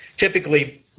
Typically